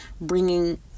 bringing